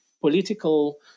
political